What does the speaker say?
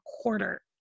quarter